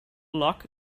lac